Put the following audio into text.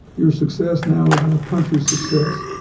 your success now is our country's success.